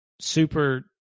Super